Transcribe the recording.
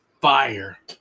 fire